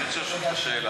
אני רוצה לשאול אותך שאלה.